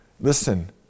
listen